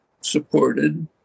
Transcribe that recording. supported